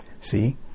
See